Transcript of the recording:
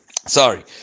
Sorry